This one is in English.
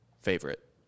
favorite